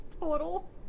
total